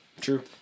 true